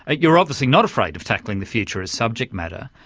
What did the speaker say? ah you're obviously not afraid of tackling the future as subject matter.